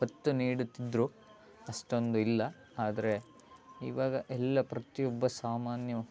ಒತ್ತು ನೀಡುತ್ತಿದ್ದರು ಅಷ್ಟೊಂದು ಇಲ್ಲ ಆದರೆ ಇವಾಗ ಎಲ್ಲ ಪ್ರತಿಯೊಬ್ಬ ಸಾಮಾನ್ಯನು